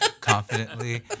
confidently